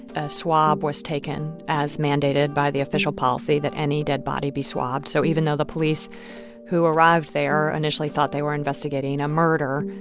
swab was taken as mandated by the official policy that any dead body be swabbed. so even though the police who arrived there initially thought they were investigating a murder,